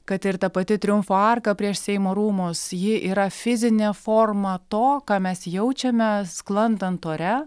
kad ir ta pati triumfo arka prieš seimo rūmus ji yra fizinė forma to ką mes jaučiame sklandant ore